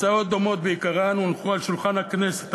הצעות דומות בעיקרן הונחו על שולחן הכנסת